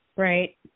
Right